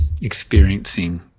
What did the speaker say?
experiencing